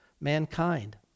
mankind